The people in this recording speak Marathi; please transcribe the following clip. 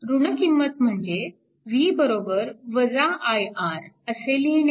ऋण किंमत म्हणजे V i R असे लिहिणे